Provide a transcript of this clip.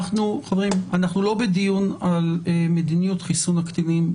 אנחנו לא בדיון על מדיניות חיסון הקטינים,